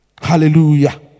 Hallelujah